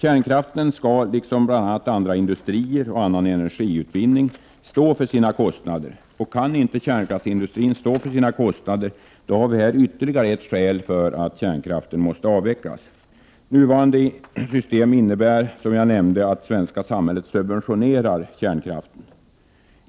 Kärnkraftsindustrin skall liksom andra industrier och all energiutvinning stå för sina kostnader. Kan kärnkraftsindustrin inte stå för sina kostnader, har vi ytterligare skäl för att kärnkraften skall avvecklas. Nuvarande system innebär, som jag nämnde, att det svenska samhället subventionerar kärnkraften.